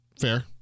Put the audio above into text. Fair